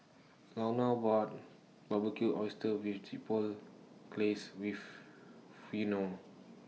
Launa bought Barbecued Oysters with Chipotle Glaze with